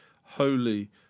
Holy